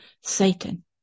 Satan